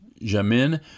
Jamin